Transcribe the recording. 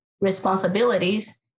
responsibilities